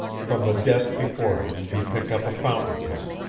from the desk before him he picked up a fountain pen.